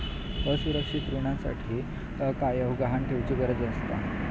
असुरक्षित ऋणासाठी कायव गहाण ठेउचि गरज नसता